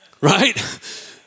Right